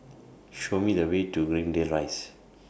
Show Me The Way to Greendale Rise